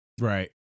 Right